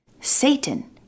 Satan